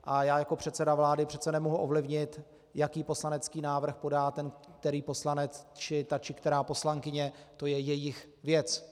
A já jako předseda vlády přece nemohu ovlivnit, jaký poslanecký návrh podá ten který poslanec či ta která poslankyně, to je jejich věc.